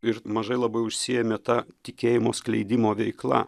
ir mažai labai užsiėmė ta tikėjimo skleidimo veikla